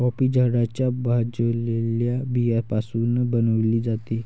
coffee झाडाच्या भाजलेल्या बियाण्यापासून बनविली जाते